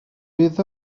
bydd